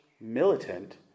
militant